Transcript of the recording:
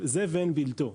זה ואין בלתו.